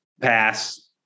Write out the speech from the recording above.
Pass